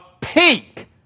peak